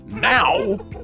Now